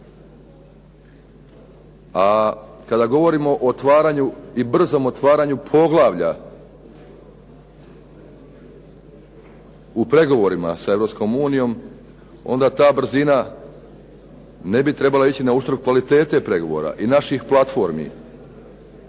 A kada govorimo o otvaranju i brzom otvaranju poglavlja u pregovorima sa Europskom unijom, onda ta brzina ne bi trebala ići na uštrb kvalitete pregovara i naših platformi.